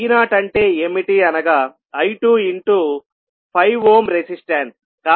V0అంటే ఏమిటి అనగా I2 into 5 ohm resistance